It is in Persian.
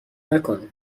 نکن